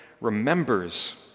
remembers